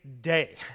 day